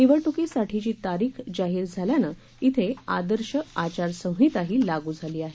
निवडणुकीसाठीची तारीख जाहीर झाल्यानं श्रे आदर्श आचारसंहिताही लागू झाली आहे